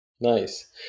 nice